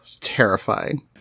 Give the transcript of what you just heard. Terrifying